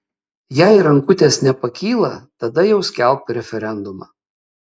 jei rankutės nepakyla tada jau skelbk referendumą